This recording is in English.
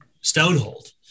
Stonehold